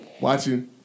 Watching